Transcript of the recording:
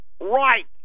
right